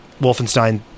Wolfenstein